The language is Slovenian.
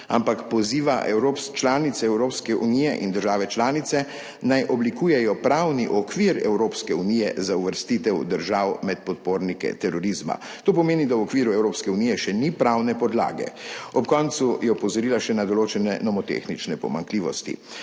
ampak poziva članice Evropske unije in države članice, naj oblikujejo pravni okvir Evropske unije za uvrstitev držav med podpornike terorizma. To pomeni, da v okviru Evropske unije še ni pravne podlage. Ob koncu je opozorila še na določene nomotehnične pomanjkljivosti.